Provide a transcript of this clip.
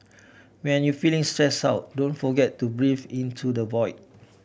when you feeling stressed out don't forget to breathe into the void